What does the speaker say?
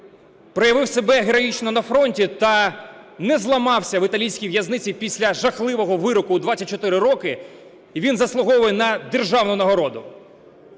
проявив себе героїчно на фронті та не зламався в італійській в'язниці після жахливого вироку в 24 роки. Він заслуговує на державну нагороду,